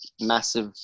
massive